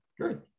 good